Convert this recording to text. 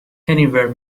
anywhere